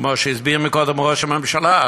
כמו שהסביר קודם ראש הממשלה,